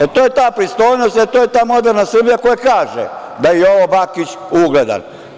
E, to je ta pristojnost, to je ta moderna Srbija, koja kaže da je Jovo Bakić ugledan.